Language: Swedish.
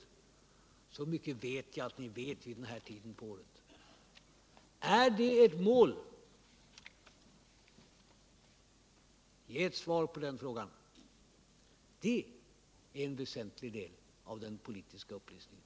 Så mycket vet jag att ni för er del vet vid den här tiden på året. Är det ert mål? Ge mig svar på den frågan! Det är en väsentlig del av den politiska upplysningen.